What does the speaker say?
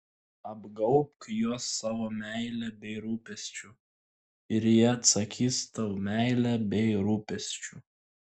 apgaubk juos savo meile bei rūpesčiu ir jie atsakys tau meile bei rūpesčiu